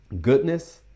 goodness